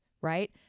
Right